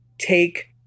take